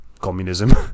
communism